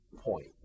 point